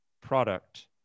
product